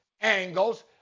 angles